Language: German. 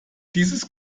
dieses